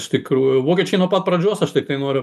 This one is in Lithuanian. iš tikrųjų vokiečiai nuo pat pradžios aš tiktai noriu